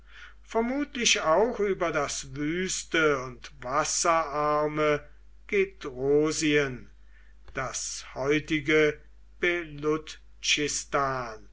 vermutlich auch über das wüste und wasserarme gedrosien das heutige